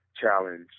challenge